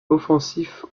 offensif